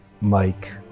Mike